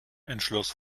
entschloss